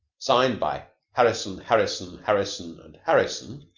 signed by harrison, harrison, harrison and harrison,